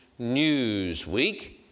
Newsweek